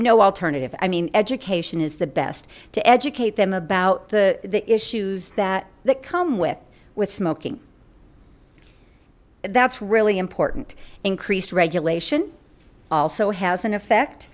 no alternative i mean education is the best to educate them about the the issues that that come with with smoking that's really important increased regulation also has an effect